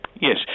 Yes